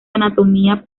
anatomía